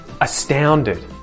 astounded